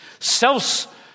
Self